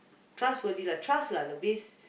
trustworthy lah trust lah the base